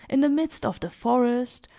in the midst of the forest,